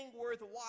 worthwhile